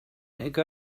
minute